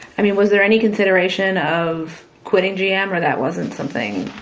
i mean, was there any consideration of quitting gm? or that wasn't something?